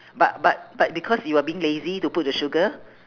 but but but because you were being lazy to put the sugar